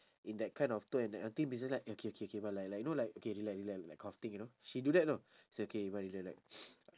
in that kind of tone and until missus lai eh okay okay okay but like like you know like okay relax relax that kind of thing you know she do that you know say okay everybody relax